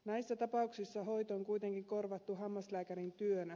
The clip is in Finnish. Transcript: näissä tapauksissa hoito on kuitenkin korvattu hammaslääkärin työnä